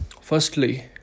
Firstly